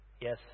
Yes